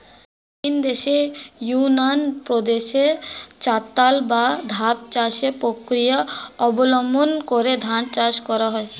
চীনদেশের ইউনান প্রদেশে চাতাল বা ধাপ চাষের প্রক্রিয়া অবলম্বন করে ধান চাষ করা হয়